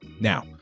Now